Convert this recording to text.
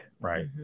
Right